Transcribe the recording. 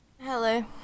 Hello